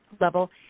level